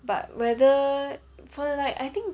but whether for like I think